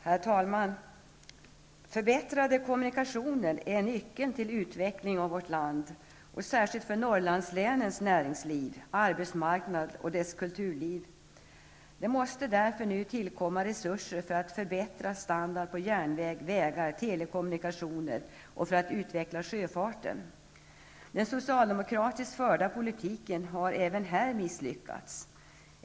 Herr talman! Förbättrade kommunikationer är nyckeln till utveckling av vårt land och särskilt för Norrlandslänens näringsliv, arbetsmarknad och kulturliv. Det måste därför nu tillkomma resurser för att förbättra standarden på järnväg, vägar och telekommunikationer och för att utveckla sjöfarten. Den socialdemokratiskt förda politiken har även här misslyckats.